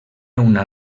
una